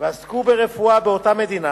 ועסקו ברפואה באותה מדינה,